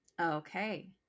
okay